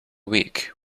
weak